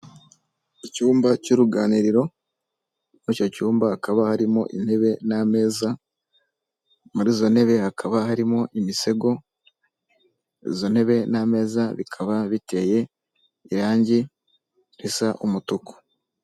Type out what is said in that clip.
Icyumba cy'uruganiriro muri icyo cyumba hakaba harimo intebe n'ameza, muri zo ntebe hakaba harimo imisego izo ntebe n'ameza bikaba biteye irangi risa umutuku.